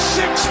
six